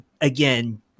again